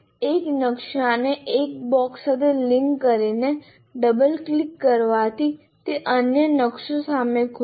એક નકશાને એક બોક્સ સાથે લિંક કરીને ડબલ ક્લિક કરવાથી તે અન્ય નકશો સામે ખુલશે